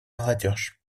молодежь